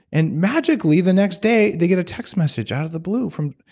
and magically, the next day, they get a text message out of the blue from.